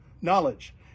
knowledge